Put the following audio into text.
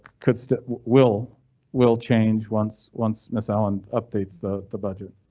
could still will will change once once miss allen updates the the budget.